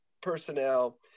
personnel